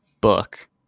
Book